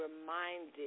reminded